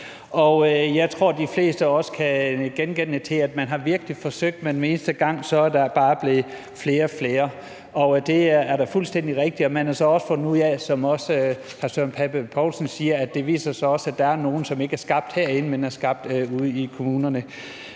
jeg tror, de fleste af os kan nikke genkendende til, at man virkelig har forsøgt, men hver eneste gang er der bare blevet flere og flere. Det er da fuldstændig rigtigt. Man har så også fundet ud af, som hr. Søren Pape Poulsen siger, at det viser sig, at der også er nogle, som ikke er skabt herinde, men er skabt ude i kommunerne.